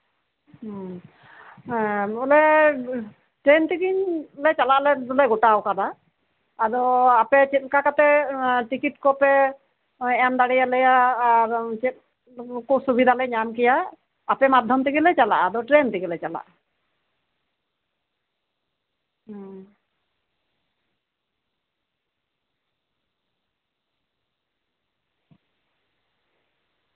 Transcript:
ᱦᱩᱸ ᱮᱸ ᱵᱚᱞᱮ ᱴᱨᱮᱱ ᱛᱮᱜᱮ ᱪᱟᱞᱟᱜ ᱞᱮ ᱜᱚᱴᱟᱣ ᱠᱟᱫᱟ ᱟᱫᱚ ᱟᱯᱮ ᱪᱮᱫᱞᱮᱠᱟ ᱠᱟᱛᱮ ᱴᱤᱠᱤᱴ ᱠᱚᱯᱮ ᱮᱢ ᱫᱟᱲᱮᱣᱟᱞᱮᱭᱟ ᱟᱨ ᱪᱮᱫ ᱠᱚ ᱥᱩᱵᱤᱫᱷᱟᱞᱮ ᱧᱟᱢ ᱠᱮᱭᱟ ᱟᱯᱮ ᱢᱟᱫᱽᱫᱷᱚᱢ ᱛᱮᱜᱮ ᱞᱮ ᱪᱟᱞᱟᱜᱼᱟ ᱟᱫᱚ ᱴᱨᱮᱱ ᱛᱮᱜᱮ ᱞᱮ ᱪᱟᱞᱟᱜᱼᱟ ᱦᱩᱸ